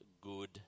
good